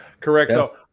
Correct